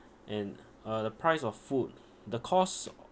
and uh the price of food the cost